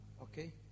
okay